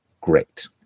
great